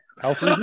health